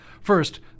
First